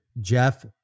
Jeff